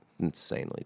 Insanely